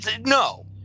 No